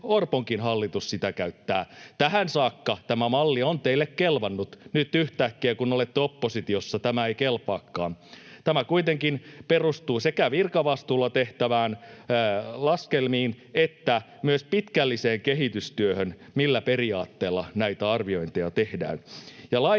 Orponkin hallitus sitä käyttää. Tähän saakka tämä malli on teille kelvannut. Nyt yhtäkkiä, kun olette oppositiossa, tämä ei kelpaakaan. Tämä kuitenkin perustuu sekä virkavastuulla tehtäviin laskelmiin että myös pitkälliseen kehitystyöhön, millä periaatteella näitä arviointeja tehdään.